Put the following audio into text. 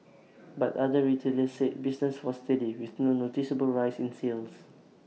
but other retailers said business was steady with no noticeable rise in sales